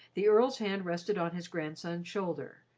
the earl's hand rested on his grandson's shoulder,